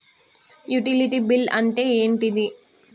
Utility bill అంటే ఏంటిది?